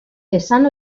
esan